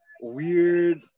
weird